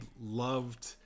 loved